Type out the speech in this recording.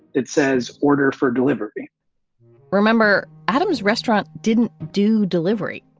it says order for delivery remember, adam's restaurant didn't do delivery.